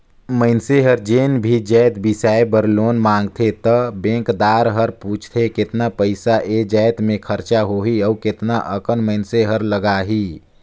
मइनसे हर जेन भी जाएत बिसाए बर लोन मांगथे त बेंकदार हर पूछथे केतना पइसा ए जाएत में खरचा होही अउ केतना अकन मइनसे हर लगाही